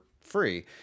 free